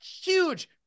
huge